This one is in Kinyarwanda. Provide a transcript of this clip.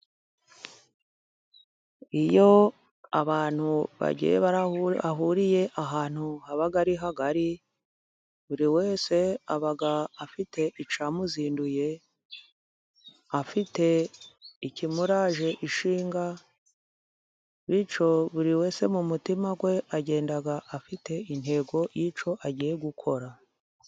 Iyo abantu bagiye barahura bahuriye ahantu haba ari hagari, buri wese aba afite icyamuzinduye, afite ikimuraje ishinga, bityo buri wese mu mutima we agenda afite intego y'icyo agiye gukora.